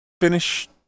finish